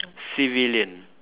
civilian